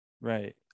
right